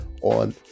on